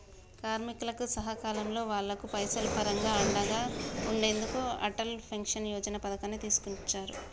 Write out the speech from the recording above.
కార్మికులకు సకాలంలో వాళ్లకు పైసలు పరంగా అండగా ఉండెందుకు అటల్ పెన్షన్ యోజన పథకాన్ని తీసుకొచ్చారు